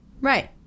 Right